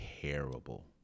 terrible